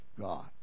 God